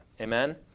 Amen